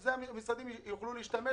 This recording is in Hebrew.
ובזה המשרדים יוכלו להשתמש